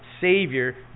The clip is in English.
Savior